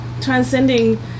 Transcending